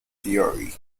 theory